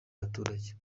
abaturage